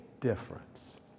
difference